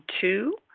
two